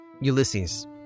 Ulysses